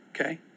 okay